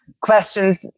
question